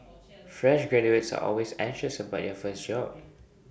fresh graduates are always anxious about their first job